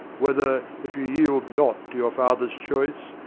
whether, if you yield not to your father's choice,